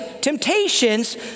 temptations